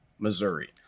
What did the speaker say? missouri